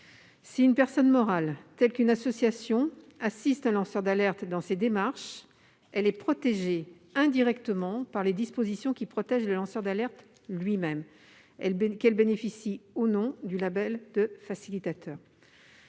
Si une personne morale, telle qu'une association, assiste un lanceur d'alerte dans ses démarches, elle est protégée indirectement par les dispositions qui protègent le lanceur d'alerte lui-même, qu'elle bénéficie ou non du label de facilitateur.